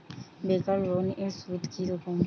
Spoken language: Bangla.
বেকার লোনের সুদ কি রকম?